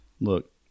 Look